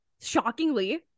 shockingly